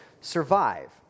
survive